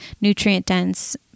nutrient-dense